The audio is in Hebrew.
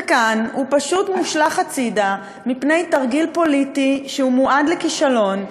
וכאן הוא פשוט מושלך הצדה מפני תרגיל פוליטי שמועד לכישלון,